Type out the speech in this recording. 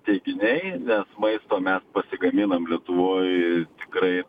teiginiai nes maisto mes pasigaminam lietuvoj tikrai